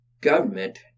government